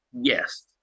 Yes